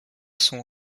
son